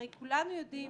הרי כולנו יודעים